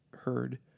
heard